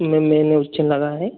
ma'am मैंने लगाया है